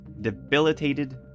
debilitated